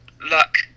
luck